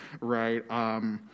right